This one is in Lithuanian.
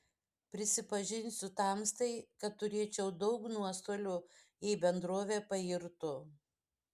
prisipažinsiu tamstai kad turėčiau daug nuostolių jei bendrovė pairtų